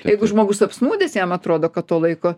jeigu žmogus apsnūdęs jam atrodo kad to laiko